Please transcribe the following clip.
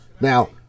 Now